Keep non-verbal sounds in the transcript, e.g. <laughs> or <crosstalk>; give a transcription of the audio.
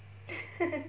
<laughs>